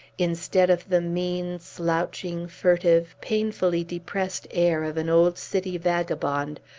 instead of the mean, slouching, furtive, painfully depressed air of an old city vagabond,